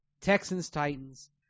Texans-Titans